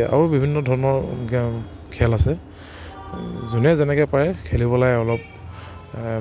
আৰু বিভিন্ন ধৰণৰ গে'ম খেল আছে যোনে যেনেকৈ পাৰে খেলিব লাগে অলপ